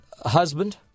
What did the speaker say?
husband